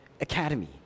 academy